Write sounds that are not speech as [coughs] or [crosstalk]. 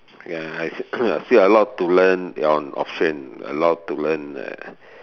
ya I [coughs] I still a lot to learn on auction a lot to learn ya